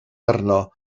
arno